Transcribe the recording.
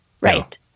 right